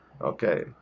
Okay